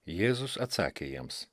jėzus atsakė jiems